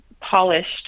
polished